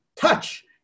touch